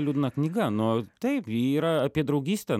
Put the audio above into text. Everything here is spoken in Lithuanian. liūdna knyga nu taip ji yra apie draugystę